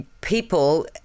People